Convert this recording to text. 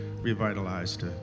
revitalized